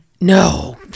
No